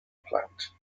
plant